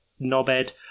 knobhead